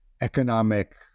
economic